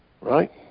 right